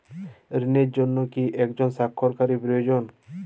ঋণের জন্য কি একজন স্বাক্ষরকারী প্রয়োজন?